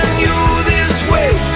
you this way,